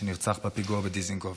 שנרצח בפיגוע בדיזנגוף.